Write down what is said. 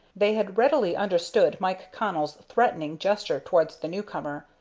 they had readily understood mike connell's threatening gesture towards the new-comer,